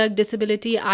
disability